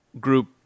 group